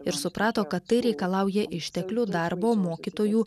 ir suprato kad tai reikalauja išteklių darbo mokytojų